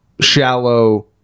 shallow